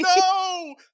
no